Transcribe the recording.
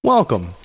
Welcome